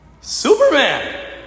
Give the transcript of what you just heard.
Superman